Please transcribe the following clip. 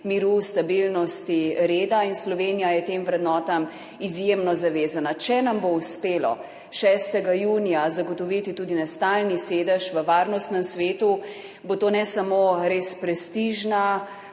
miru, stabilnosti, reda. Slovenija je tem vrednotam izjemno zavezana. Če nam bo uspelo 6. junija zagotoviti tudi nestalni sedež v Varnostnem svetu, bo to ne samo res prestižna